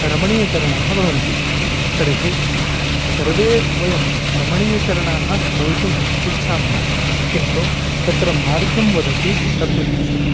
रमणीयचरणाः भवन्ति तर्हि सर्वे वयं रमणीयचरणाः भवितुम् इच्छामः किन्तु तत्र मार्गं वदति तत्वशास्त्रम्